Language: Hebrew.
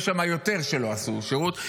יש שם יותר שלא עשו שירות,